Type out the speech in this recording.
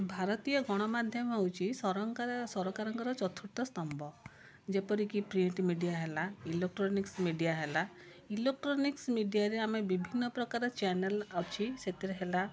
ଭାରତୀୟ ଗଣମାଧ୍ୟମ ହେଉଛି ସରକାର ସରକାରଙ୍କର ଚତୁର୍ଥ ସ୍ତମ୍ଭ ଯେପରିକି ପ୍ରିଣ୍ଟ ମିଡ଼ିଆ ହେଲା ଇଲୋଟ୍ରୋନିକ୍ସ ମିଡ଼ିଆ ହେଲା ଇଲୋଟ୍ରୋନିକ୍ସ ମିଡ଼ିଆରେ ଆମେ ବିଭିନ୍ନ ପ୍ରକାର ଚ୍ୟାନେଲ ଅଛି ସେଥିରେ ହେଲା